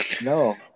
No